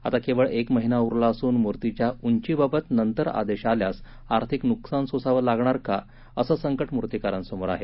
आता केवळ एक महिना उरला असून मुर्तीच्या उंचीबाबत नंतर आदेश आल्यास आर्थिक नुकसान सोसावे लागणार का असं संकट मूर्तिकारांसमोर आहे